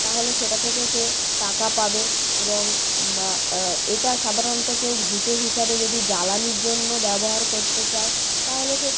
তাহলে সেটা থেকে সে টাকা পাবে এবং এটা সাধারণত কেউ ঘুঁটে হিসাবে যদি জ্বালানির জন্য ব্যবহার করতে চায় তাহলে সে